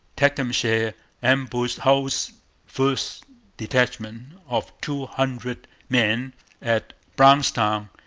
tecumseh ambushed hull's first detachment of two hundred men at brownstown,